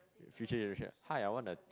future generation hi I want the